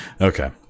okay